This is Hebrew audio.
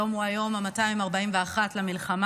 היום הוא היום ה-241 למלחמה.